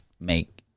make